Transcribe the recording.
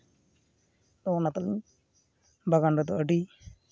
ᱛᱚ ᱚᱱᱟᱛᱮ ᱵᱟᱜᱟᱱ ᱨᱮᱫᱚ ᱟᱹᱰᱤ